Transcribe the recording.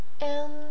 And